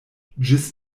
ĝis